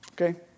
Okay